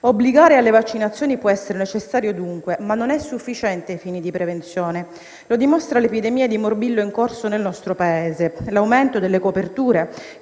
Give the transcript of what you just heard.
Obbligare alle vaccinazioni può essere necessario, dunque, ma non è sufficiente ai fini di prevenzione; lo dimostra l'epidemia di morbillo in corso nel nostro Paese e l'aumento delle coperture,